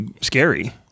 scary